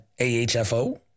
AHFO